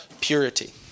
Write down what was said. purity